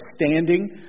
standing